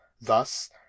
Thus